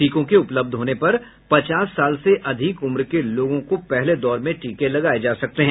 टीकों के उपलब्ध होने पर पचास साल से अधिक उम्र के लोगों को पहले दौर में टीके लगाये जा सकते हैं